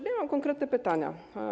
Mam konkretne pytania.